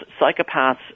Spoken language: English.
psychopaths